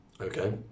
okay